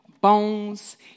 bones